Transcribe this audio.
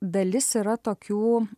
dalis yra tokių